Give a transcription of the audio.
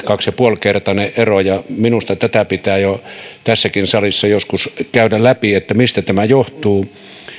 kaksi pilkku viisi kertainen ero ja minusta tätä pitää jo tässäkin salissa joskus käydä läpi mistä tämä johtuu